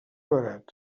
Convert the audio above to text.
barat